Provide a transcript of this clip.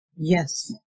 Yes